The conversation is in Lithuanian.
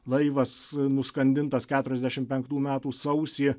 laivas nuskandintas keturiasdešim penktų metų sausį